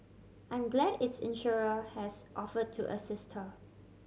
I'm glad its insurer has offer to assist her